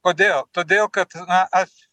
kodėl todėl kad na aš